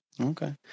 Okay